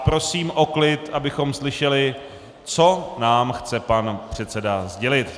Prosím o klid, abychom slyšeli, co nám chce pan předseda sdělit.